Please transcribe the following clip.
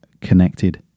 Connected